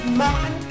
man